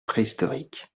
préhistorique